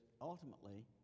ultimately